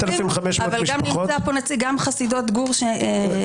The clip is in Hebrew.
אבל גם נמצא פה נציג חסידות גור בדרום.